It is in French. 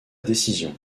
décision